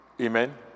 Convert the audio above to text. Amen